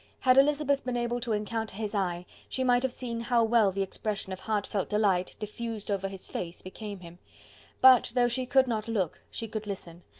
had elizabeth been able to encounter his eye, she might have seen how well the expression of heartfelt delight, diffused over his face, became him but, though she could not look, she could listen,